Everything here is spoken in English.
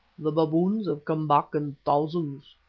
the baboons have come back in thousands.